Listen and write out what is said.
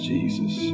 Jesus